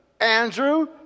Andrew